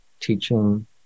teaching